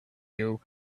you